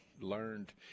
learned